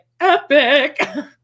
epic